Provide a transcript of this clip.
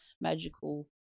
magical